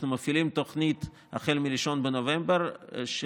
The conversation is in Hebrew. אנחנו מפעילים תוכנית החל מ-1 בנובמבר של